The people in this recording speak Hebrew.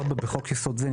(4) "בחוק-יסוד זה,